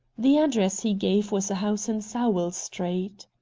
the address he gave was a house in sowell street.